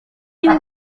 nie